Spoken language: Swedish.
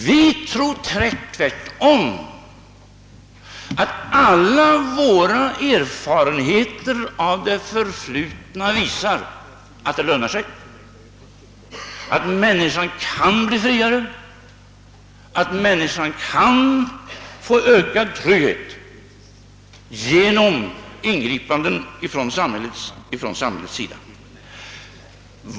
Vi tror tvärtom att alla våra erfarenheter av det förflutna visar att det lönar sig och att människorna kan bli friare och få ökad trygghet genom ingripanden från samhällets sida.